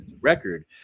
record